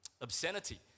Obscenity